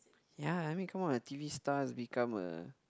ya I mean come on a t_v stars become a